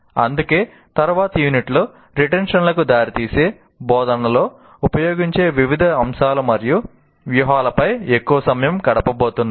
అందుకే తరువాతి యూనిట్లలో రిటెన్షన్ లకి దారితీసే బోధనలో ఉపయోగించే వివిధ అంశాలు మరియు వ్యూహాలపై ఎక్కువ సమయం గడపబోతున్నాం